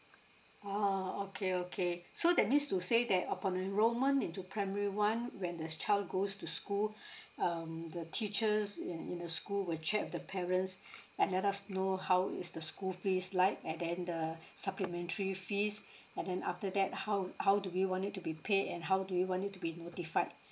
oh okay okay so that means to say that upon enrolment into primary one when the child goes to school um the teachers in in the school will check with the parents and let us know how is the school fees like and then the supplementary fees and then after that how how do you want it to be paid and how do we want it to be notified